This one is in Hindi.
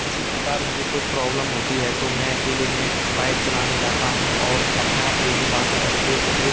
किसी प्रकार मुझे कोई प्रॉब्लम होती है तो मैं अकेले में बाइक चलाने जाता हूँ और अपने आपसे ही बातें करके उसे